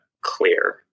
clear